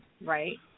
right